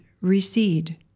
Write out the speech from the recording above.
recede